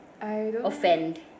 offend